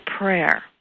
prayer